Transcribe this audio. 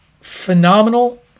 phenomenal